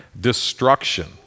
destruction